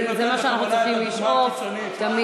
זה מה שאנחנו צריכים לשאוף תמיד.